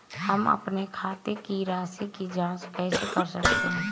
हम अपने खाते की राशि की जाँच कैसे कर सकते हैं?